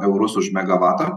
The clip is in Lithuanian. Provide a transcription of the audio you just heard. eurus už megavatą